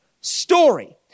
story